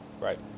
Right